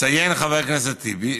מציין חבר הכנסת טיבי,